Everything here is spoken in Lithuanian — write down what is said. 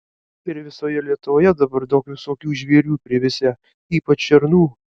ir visoje lietuvoje dabar daug visokių žvėrių privisę ypač šernų